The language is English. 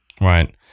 Right